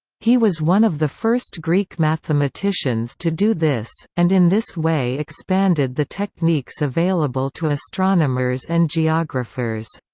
he was one of the first greek mathematicians to do this, and in this way expanded the techniques available to astronomers and geographers.